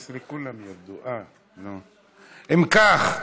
אם כך,